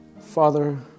Father